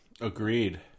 Agreed